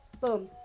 Boom